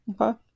okay